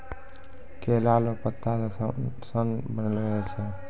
केला लो पत्ता से सन बनैलो जाय छै